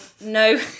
no